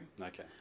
Okay